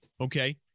okay